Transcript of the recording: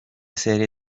serie